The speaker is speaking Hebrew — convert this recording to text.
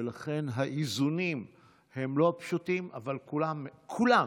ולכן האיזונים הם לא פשוטים, אבל כולם, כולם,